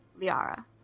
Liara